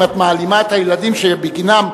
אם את מעלימה את הילדים שבגינם,